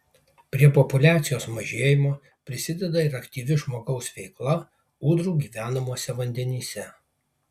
prie populiacijos mažėjimo prisideda ir aktyvi žmogaus veikla ūdrų gyvenamuose vandenyse